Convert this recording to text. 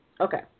Okay